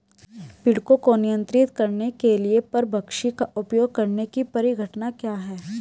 पीड़कों को नियंत्रित करने के लिए परभक्षी का उपयोग करने की परिघटना क्या है?